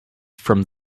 from